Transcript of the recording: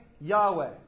Yahweh